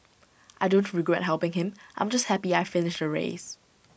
I don't regret helping him I'm just happy I finished the race